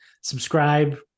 subscribe